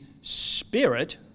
Spirit